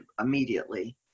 immediately